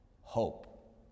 hope